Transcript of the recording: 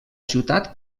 ciutat